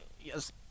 Yes